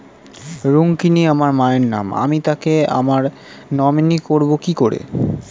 রুক্মিনী আমার মায়ের নাম আমি তাকে আমার নমিনি করবো কি করে?